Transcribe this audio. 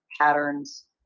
patterns